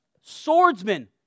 swordsman